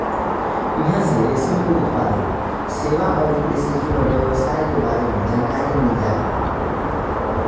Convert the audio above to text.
इहां से रेशम के उत्पादन, सेवा अउरी एसे जुड़ल व्यवसाय के बारे में जानकारी मिल जाला